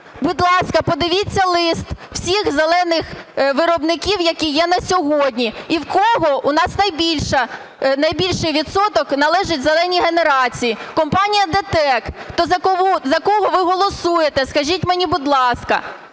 Будь ласка, подивіться лист всіх "зелених" виробників, які є на сьогодні, і в кого у нас найбільший відсоток належить в "зеленій" генерації? Компанії ДТЕК. То за кого ви голосуєте, скажіть мені, будь ласка?